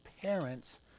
parents